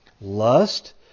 Lust